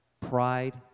pride